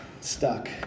stuck